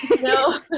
No